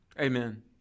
Amen